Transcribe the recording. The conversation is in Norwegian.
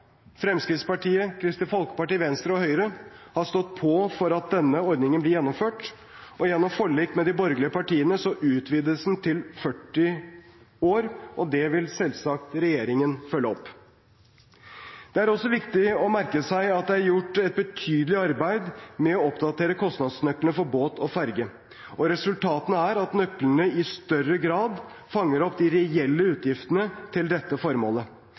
Fremskrittspartiet, Kristelig Folkeparti, Venstre og Høyre har stått på for at denne ordningen blir gjennomført. Gjennom forlik med de borgerlige partiene utvides den til 40 år, og det vil selvsagt regjeringen følge opp. Det er også viktig å merke seg at det er gjort et betydelig arbeid med å oppdatere kostnadsnøklene for båt og ferge, og resultatet er at nøklene i større grad fanger opp de reelle utgiftene til dette formålet.